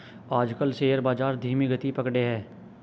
आजकल शेयर बाजार धीमी गति पकड़े हैं